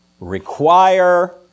require